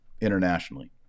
internationally